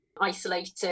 isolated